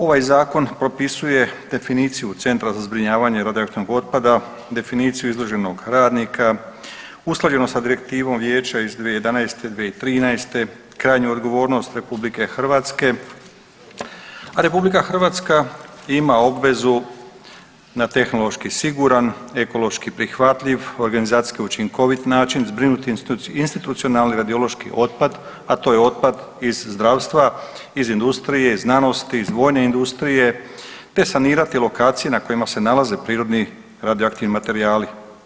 Ovaj zakon propisuje definiciju centra za zbrinjavanje radioaktivnog otpada, definiciju izloženog radnika, usklađenost sa Direktivom vijeća iz 2011. i 2013., krajnju odgovornost RH, a RH ima obvezu na tehnološki siguran, ekološki prihvatljiv, organizacijski učinkovit način zbrinut institucionalni radiološki otpad, a to je otpad iz zdravstva, iz industrije, iz znanosti, iz vojne industrije, te sanirati lokacije na kojima se nalaze prirodni radioaktivni materijali.